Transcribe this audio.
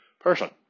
person